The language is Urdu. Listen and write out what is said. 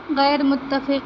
غیرمتفق